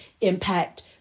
impact